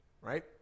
Right